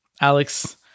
Alex